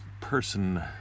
person